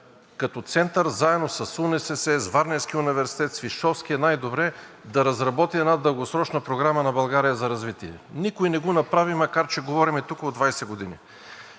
като център, заедно с УНСС, с Варненския университет, със Свищовския най-добре, да разработи една дългосрочна програма на България за развитие? Никой не го направи, макар че говорим тук от 20 години.